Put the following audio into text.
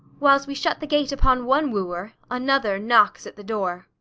whiles we shut the gate upon one wooer, another knocks at the door.